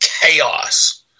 chaos